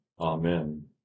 Amen